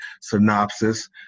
synopsis